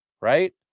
Right